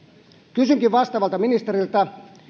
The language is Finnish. kysynkin vastaavalta ministeriltä